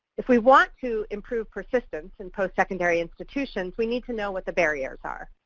if we want to improve persistence in postsecondary institutions, we need to know what the barriers are.